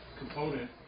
Component